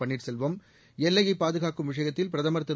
பன்னீசெல்வம் எல்லையைப் பாதுகாக்கும் விஷயத்தில் பிரதமர் திரு